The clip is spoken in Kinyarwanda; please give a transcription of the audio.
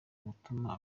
gutuma